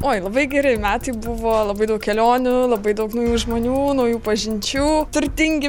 oi labai geri metai buvo labai daug kelionių labai daug naujų žmonių naujų pažinčių turtingi